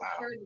wow